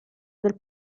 del